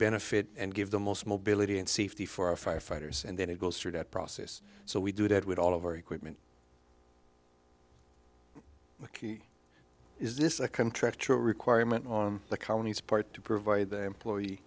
benefit and give the most mobility and safety for our firefighters and then it goes through that process so we do that with all of our equipment is this a contractual requirement on the colonies part to provide the employee